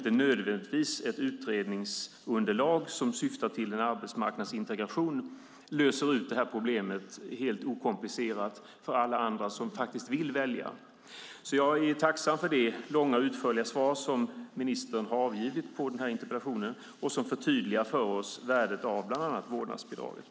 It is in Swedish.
Ett utredningsunderlag som syftar till en arbetsmarknadsintegration löser inte nödvändigtvis helt okomplicerat ut det här problemet för alla andra som faktiskt vill välja. Jag är alltså tacksam för det långa och utförliga svar som ministern avgivit på interpellationen och som förtydligar för oss värdet bland annat av vårdnadsbidraget.